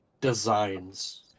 designs